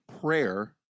prayer